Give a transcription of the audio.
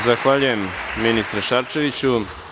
Zahvaljujem, ministru Šarčeviću.